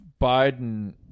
Biden